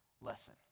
lesson